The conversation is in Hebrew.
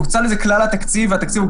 הוקצה לזה כלל התקציב.